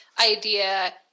idea